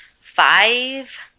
five